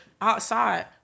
outside